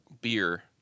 beer